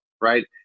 right